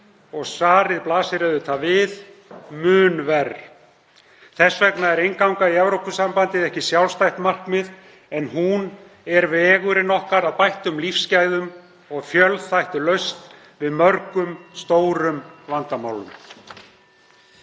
og svarið blasir auðvitað við: Mun verr. Þess vegna er innganga í Evrópusambandið ekki sjálfstætt markmið en hún er vegurinn okkar að bættum lífsgæðum og fjölþættri lausn við mörgum stórum vandamálum.